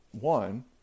one